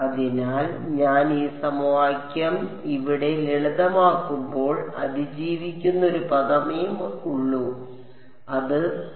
അതിനാൽ ഞാൻ ഈ സമവാക്യം ഇവിടെ ലളിതമാക്കുമ്പോൾ അതിജീവിക്കുന്ന ഒരു പദമേ ഉള്ളൂ അത് ഒരു